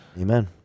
Amen